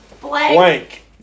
Blank